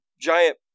giant